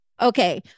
Okay